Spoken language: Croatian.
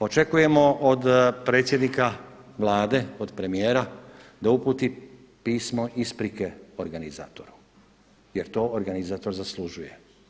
Očekujemo od predsjednika Vlade, od premijera da uputi pismo isprike organizatora jer to organizator zaslužuje.